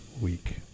week